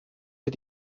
für